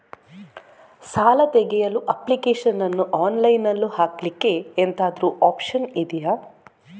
ಸಾಲ ತೆಗಿಯಲು ಅಪ್ಲಿಕೇಶನ್ ಅನ್ನು ಆನ್ಲೈನ್ ಅಲ್ಲಿ ಹಾಕ್ಲಿಕ್ಕೆ ಎಂತಾದ್ರೂ ಒಪ್ಶನ್ ಇದ್ಯಾ?